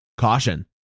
Caution